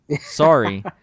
Sorry